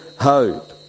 hope